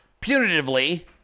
punitively